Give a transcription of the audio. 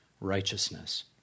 righteousness